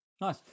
Nice